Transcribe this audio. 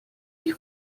ich